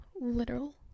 literal